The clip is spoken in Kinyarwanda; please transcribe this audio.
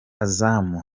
azam